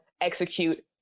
execute